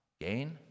gain